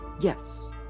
Yes